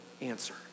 answer